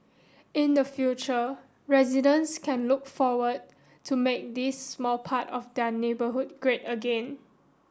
in the future residents can look forward to make this small part of their neighbourhood great again